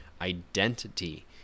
identity